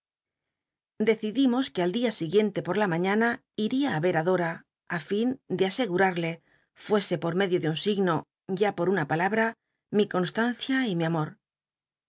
amiga ue al dia siguiente por la maiiana decidimos ida á et á dora á fin de asegurarle fuese pot med io de un signo ya por una palabra mi constancia y mi amot